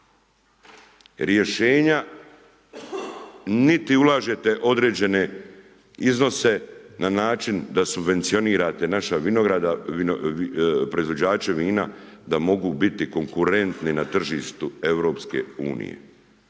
rješenja niti ulažete određene iznose na način da subvencionirate naše proizvođače vina da mogu biti konkurentni na tržištu EU.